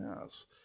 yes